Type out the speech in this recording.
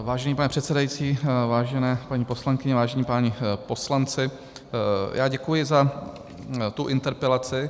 Vážený pane předsedající, vážené paní poslankyně, vážení páni poslanci, já děkuji za tu interpelaci.